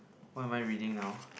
what am I reading now